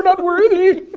but worthy,